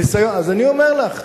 אז אני אומר לך,